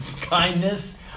kindness